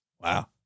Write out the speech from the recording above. Wow